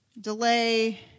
delay